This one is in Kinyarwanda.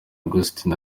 augustin